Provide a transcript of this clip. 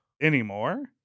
Anymore